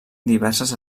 diverses